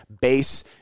base